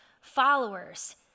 followers